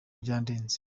byandenze